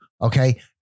okay